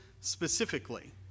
specifically